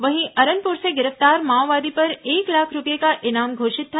वहीं अरनपुर से गिरफ्तार माओवादी पर एक लाख रूपये का इनाम घोषित था